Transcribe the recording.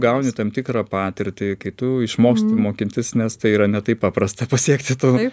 gauni tam tikrą patirtį kai tu išmoksti mokintis nes tai yra ne taip paprasta pasiekti tų